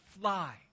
fly